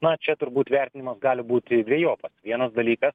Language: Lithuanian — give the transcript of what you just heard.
na čia turbūt vertinimas gali būti dvejopas vienas dalykas